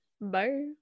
bye